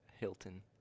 Hilton